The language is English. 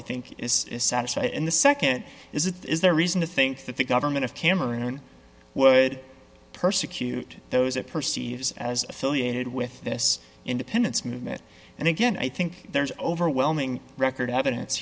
i think is satisfied in the nd is that is there reason to think that the government of cameron would persecute those it perceives as affiliated with this independence movement and again i think there's overwhelming record evidence